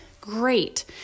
great